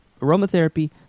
Aromatherapy